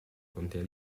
contea